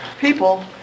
people